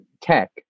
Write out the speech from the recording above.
tech